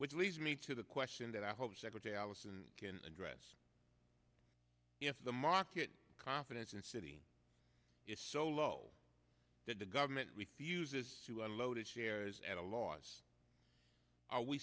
which leads me to the question that i hope secretary allison can address if the market confidence in city is so low that the government refuses to unload its shares at a loss are we